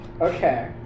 Okay